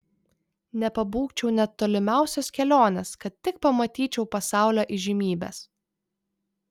nepabūgčiau net tolimiausios kelionės kad tik pamatyčiau pasaulio įžymybes